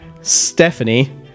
Stephanie